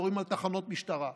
יורים על תחנות משטרה,